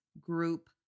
group